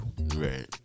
right